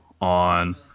on